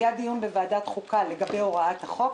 היה דיון בוועדת חוקה לגבי הוראת החוק.